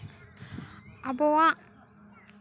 ᱟᱵᱚᱣᱟᱜ